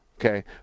Okay